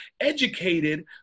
educated